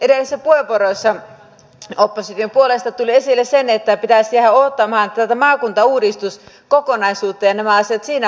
edellisissä puheenvuoroissa opposition puolesta tuli esille se että pitäisi jäädä odottamaan tätä maakuntauudistuskokonaisuutta ja nämä asiat siinä hoitaa